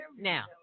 now